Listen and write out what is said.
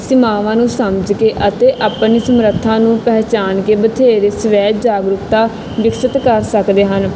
ਸੇਵਾਵਾਂ ਨੂੰ ਸਮਝ ਕੇ ਅਤੇ ਆਪਣੀ ਸਮਰੱਥਾ ਨੂੰ ਪਹਿਚਾਣ ਕੇ ਬਥੇਰੇ ਸਵੈ ਜਾਗਰੂਕਤਾ ਵਿਕਸਤ ਕਰ ਸਕਦੇ ਹਨ